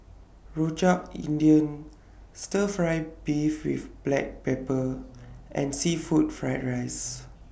Rojak India Stir Fry Beef with Black Pepper and Seafood Fried Rice